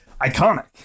iconic